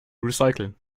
recyceln